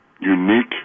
unique